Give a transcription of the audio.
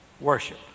worship